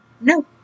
no